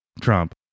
Trump